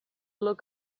look